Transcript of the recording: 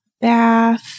bath